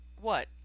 What